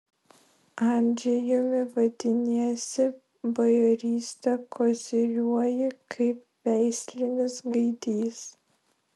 andžejumi vadiniesi bajoryste koziriuoji kaip veislinis gaidys